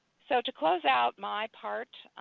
so to close out my part